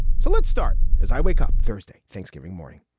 so let's start as i wake up thursday, thanksgiving morning,